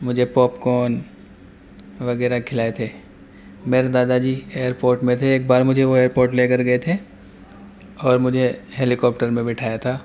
مجھے popcorn وغیرہ کھلائے تھے میرے دادا جی ایئرپوٹ میں تھے ایک بار مجھے وہ ایئرپوٹ لے کر گئے تھے اور مجھے ہیلیکاپٹر میں بٹھایا تھا